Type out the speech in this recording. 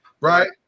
right